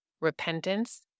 repentance